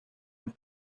and